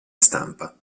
stampa